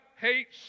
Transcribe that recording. hates